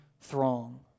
throng